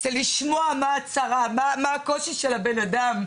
זה לשמוע מה הצרה, מה הקושי של הבן אדם.